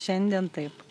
šiandien taip